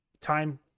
time